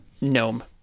gnome